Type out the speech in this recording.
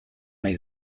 nahi